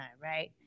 right